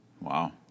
Wow